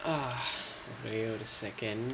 wait one second